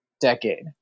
decade